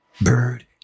bird